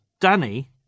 Danny